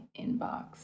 inbox